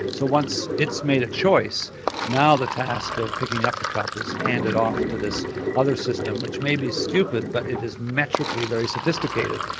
so once it's made a choice now the task of picking up the cup is handed off to this other system which may be stupid but it is metrically very sophisticated,